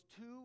two